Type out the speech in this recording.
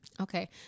Okay